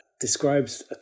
describes